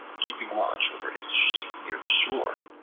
keeping watch over his sheep near the shore,